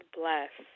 bless